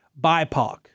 BIPOC